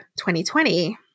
2020